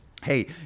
Hey